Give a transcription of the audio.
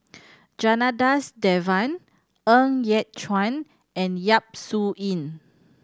Janadas Devan Ng Yat Chuan and Yap Su Yin